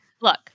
Look